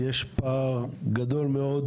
יש פער גדול מאוד,